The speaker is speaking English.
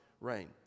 reign